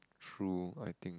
true I think